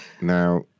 now